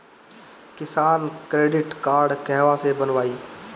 किसान credit card कहवा से बनवाई?